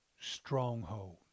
stronghold